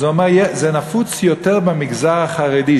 אז הוא אומר: זה נפוץ יותר במגזר החרדי,